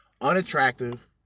unattractive